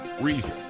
reason